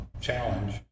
Challenge